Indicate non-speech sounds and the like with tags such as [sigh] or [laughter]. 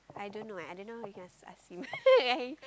I don't know eh I don't know we can ask ask him [laughs] I